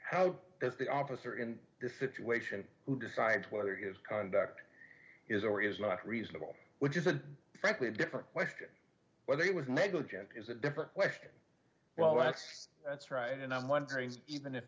how does the officer in this situation who decide whether his conduct is or is not reasonable which is a frankly different question whether he was negligent is a different question well that's that's right and i'm wondering even if